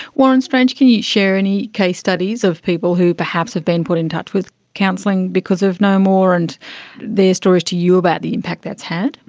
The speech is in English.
warren strange, can you you share any case studies of people who perhaps have been put in touch with counselling because of know more and their stories to you about the impact that has had?